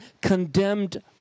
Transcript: condemned